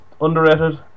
underrated